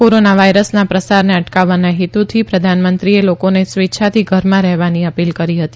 corona વાયરસના પ્રસારને અટકાવવાના હેતુથી પ્રધાનમંત્રીએ લોકોને સ્વેચ્છાથી ઘરમાં રહેવાની અપીલ કરી હતી